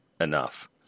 enough